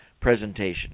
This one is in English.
presentation